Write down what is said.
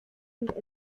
und